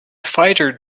fighter